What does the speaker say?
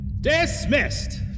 Dismissed